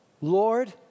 Lord